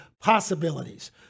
possibilities